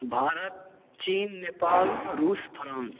India China Nepal Russia France